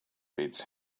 beats